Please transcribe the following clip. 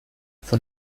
von